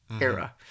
era